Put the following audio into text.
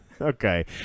Okay